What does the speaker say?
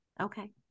okay